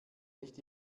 nicht